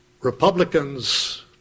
Republicans